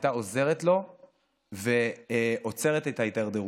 שהייתה עוזרת לו ועוצרת את ההידרדרות.